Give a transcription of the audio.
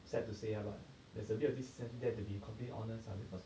sad to say ah but there's a bit of this sense you dare to be completely honest ah because